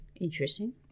Interesting